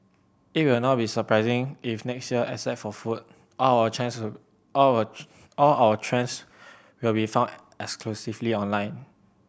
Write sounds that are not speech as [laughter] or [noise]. it will not be surprising if next year except for food all our [unintelligible] all our all our trends will be found exclusively online